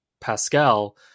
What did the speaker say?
Pascal